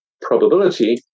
probability